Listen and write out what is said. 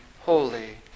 holy